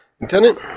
Lieutenant